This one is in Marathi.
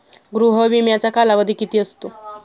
गृह विम्याचा कालावधी किती असतो?